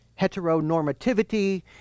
heteronormativity